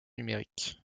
numérique